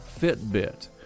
fitbit